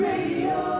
Radio